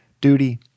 duty